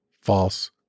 false